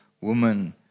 woman